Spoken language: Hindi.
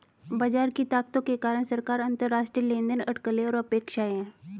बाजार की ताकतों के कारक सरकार, अंतरराष्ट्रीय लेनदेन, अटकलें और अपेक्षाएं हैं